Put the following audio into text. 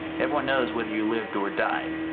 everyone knows whether you lived or died,